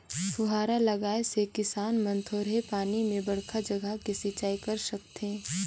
फुहारा लगाए से किसान मन थोरहें पानी में बड़खा जघा के सिंचई कर सकथें